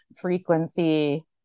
frequency